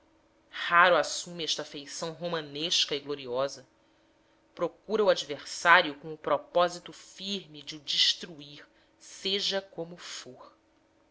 raro assume esta feição romanesca e gloriosa procura o adversário com o propósito firme de o destruir seja como for